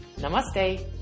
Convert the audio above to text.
Namaste